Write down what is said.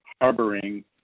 harboring